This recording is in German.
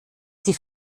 die